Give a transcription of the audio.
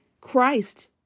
Christ